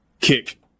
kick